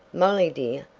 molly, dear!